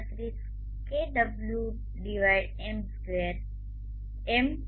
37 kWm2